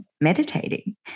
meditating